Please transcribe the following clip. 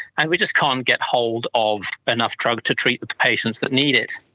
and we just can't get hold of enough drug to treat the patients that need it.